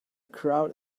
crowd